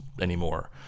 anymore